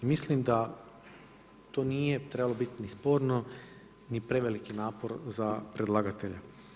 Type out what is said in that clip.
Mislim da to nije trebalo biti ni sporno ni preveliki napor za predlagatelja.